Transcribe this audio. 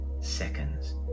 seconds